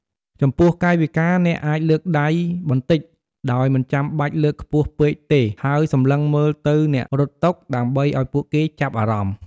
ចំពោះកាយវិការ អ្នកអាចលើកដៃបន្តិចដោយមិនចាំបាច់លើកខ្ពស់ពេកទេ ហើយសម្លឹងមើលទៅអ្នករត់តុ ដើម្បីឲ្យពួកគេចាប់អារម្មណ៍។